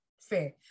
Fair